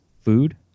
food